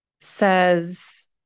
says